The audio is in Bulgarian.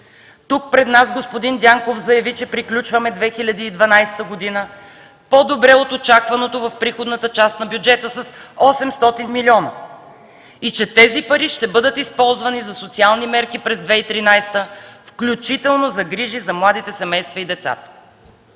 Тук, пред нас, господин Дянков заяви, че приключваме 2012 г. по-добре от очакваното – с 800 милиона в приходната част на бюджета и че тези пари ще бъдат използвани за социални мерки през 2013 г., включително за грижи за младите семейства и децата.